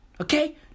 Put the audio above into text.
okay